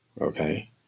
Okay